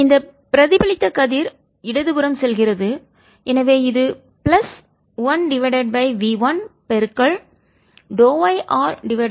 இந்த பிரதிபலித்த கதிர் இடதுபுறம் செல்கிறது எனவே இது பிளஸ் 1 V 1yRt